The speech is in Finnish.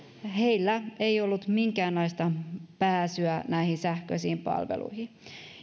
heillä ei ollut minkäänlaista pääsyä näihin sähköisiin palveluihin